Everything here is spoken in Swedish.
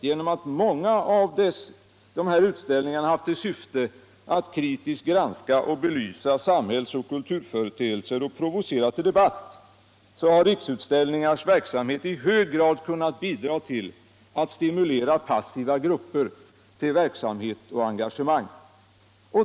Genom att många av dessa utställningar har haft till syfte all kritiskt granska och belysa samhälls och kulturföreteelser samt provocera till debatt har Riksutställningars verksamhet i hög grad kunnat bidra till att stimulera aktiva grupper till verksamhet och engagemang.